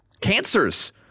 Cancers